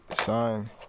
sign